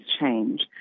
change